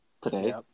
today